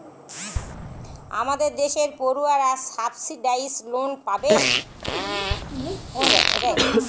আমাদের দেশের পড়ুয়ারা সাবসিডাইস লোন পাবে